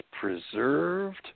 preserved